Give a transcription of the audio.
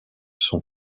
son